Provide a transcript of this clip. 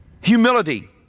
Humility